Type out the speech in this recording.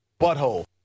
Butthole